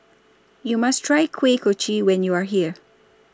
YOU must Try Kuih Kochi when YOU Are here